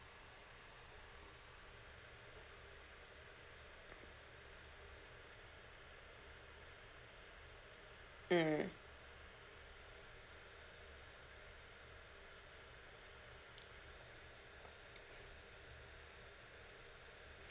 mm